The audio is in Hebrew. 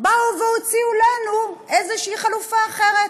באו והוציאו לנו איזו חלופה אחרת.